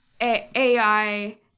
AI